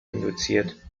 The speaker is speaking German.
induziert